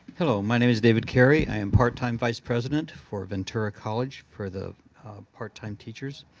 my name is david kerry. i'm part time vice president for ventura college for the part time teachers.